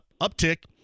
uptick